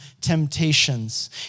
temptations